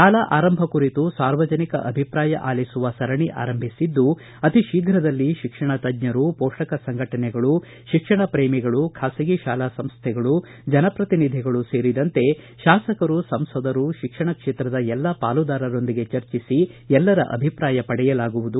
ಶಾಲಾ ಆರಂಭ ಕುರಿತು ಸಾರ್ವಜನಿಕ ಅಭಿಪ್ರಾಯ ಅಲಿಸುವ ಸರಣಿ ಆರಂಭಿಸಿದ್ದು ಅತಿ ಶೀಘದಲ್ಲಿ ಶಿಕ್ಷಣ ತಜ್ಞರು ಪೋಷಕ ಸಂಘಟನೆಗಳು ಶಿಕ್ಷಣ ಪ್ರೇಮಿಗಳು ಖಾಸಗಿ ಶಾಲಾ ಸಂಸ್ಥೆಗಳು ಜನಪ್ರತಿನಿಧಿಗಳೂ ಸೇರಿದಂತೆ ಶಾಸಕರು ಸಂಸದರು ಸೇರಿದಂತೆ ಶಿಕ್ಷಣ ಕ್ಷೇತ್ರದ ಎಲ್ಲ ಪಾಲುದಾರರೊಂದಿಗೆ ಚರ್ಚಿಸಿ ಎಲ್ಲರ ಅಭಿಪ್ರಾಯ ಪಡೆಯಲಾಗುವುದು